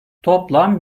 toplam